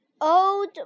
Old